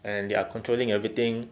and they are controlling everything